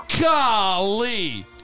Golly